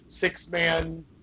six-man